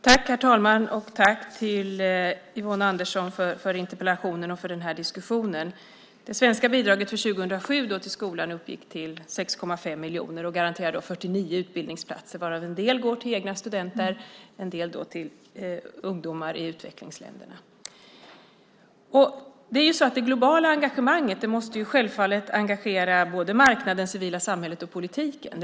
Herr talman! Tack till Yvonne Andersson för interpellationen och diskussionen. Det svenska bidraget för 2007 till skolan uppgick till 6,5 miljoner och garanterar 49 utbildningsplatser, varav en del går till egna studenter, en del till ungdomar i utvecklingsländerna. Det globala arbetet måste självfallet engagera marknaden, det civila samhället och politiken.